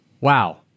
Wow